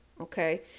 Okay